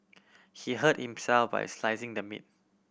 he hurt himself while slicing the meat